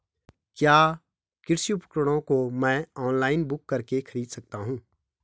क्या कृषि उपकरणों को मैं ऑनलाइन बुक करके खरीद सकता हूँ?